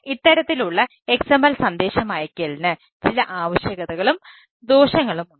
ഇത്തരത്തിലുള്ള XML സന്ദേശമയയ്ക്കലിന് ചില ആവശ്യകതകളും ദോഷങ്ങളുമുണ്ട്